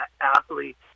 athletes